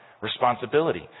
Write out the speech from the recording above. responsibility